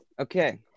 Okay